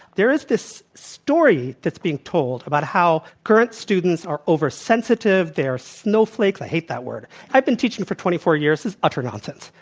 there is this story that's being told about how current students are over-sensitive. they are snowflakes. i hate that word. i've been teaching for twenty four years. this is utter nonsense.